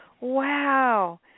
wow